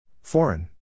Foreign